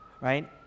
right